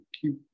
keep